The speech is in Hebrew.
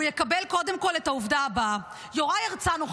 הוא יקבל קודם כול את העובדה הבאה: יוראי הרצנו,